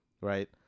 Right